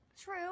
True